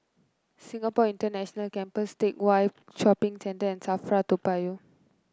Singapore International Campus Teck Whye Shopping Center and Safra Toa Payoh